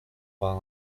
pas